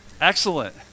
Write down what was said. Excellent